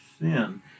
sin